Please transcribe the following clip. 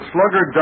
Slugger